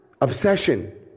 obsession